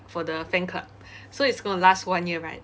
for the fan club so it's going to last one year right